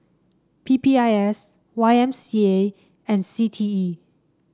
P P I S Y M C A and C T E